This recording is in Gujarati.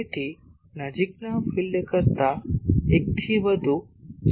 તેથી નજીકના ફિલ્ડ કરતાં એક થી વધુ છે